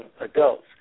adults